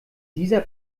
dieser